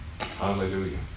hallelujah